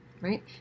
right